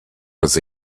was